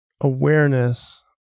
awareness